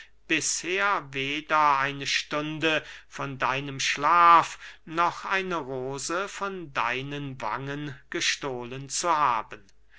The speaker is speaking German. bisher weder eine stunde von deinem schlaf noch eine rose von deinen wangen gestohlen zu haben